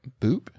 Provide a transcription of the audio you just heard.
Boop